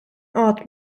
art